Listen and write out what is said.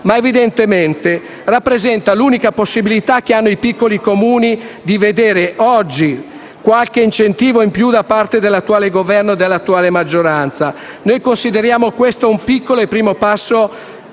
- evidentemente - rappresenta l'unica possibilità che hanno i piccoli Comuni di vedere oggi qualche incentivo in più da parte dell'attuale Governo e dell'attuale maggioranza. Noi consideriamo questo un piccolo e primo passo